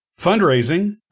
Fundraising